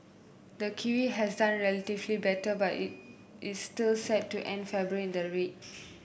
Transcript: the kiwi has done relatively better but it is still set to end February in the red